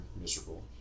miserable